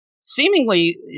Seemingly